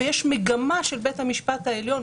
יש מגמה של בית המשפט העליון,